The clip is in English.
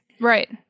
Right